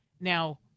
Now